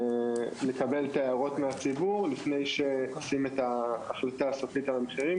לקבל את ההערות מהציבור לפני שעושים את ההחלטה הסופית על המחירים.